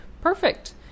Perfect